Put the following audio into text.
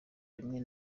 bimwe